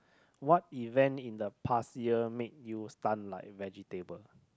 what event in the past year made you stun like vegetable